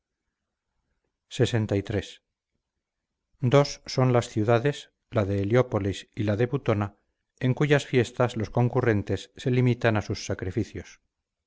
tales luminarias lxiii dos son las ciudades la de heliópolis y la de butona en cuyas fiestas los concurrentes se limitan a sus sacrificios